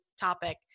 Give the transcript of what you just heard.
topic